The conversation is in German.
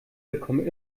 bekommen